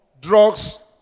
drugs